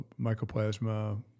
mycoplasma